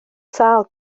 sâl